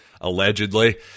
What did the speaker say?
allegedly